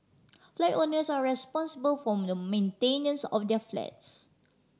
flat owners are responsible form the maintenance of their flats